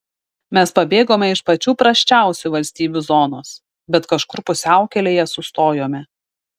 mes pabėgome iš pačių prasčiausių valstybių zonos bet kažkur pusiaukelėje sustojome